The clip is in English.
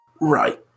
Right